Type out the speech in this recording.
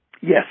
Yes